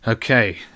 Okay